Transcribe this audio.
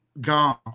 gone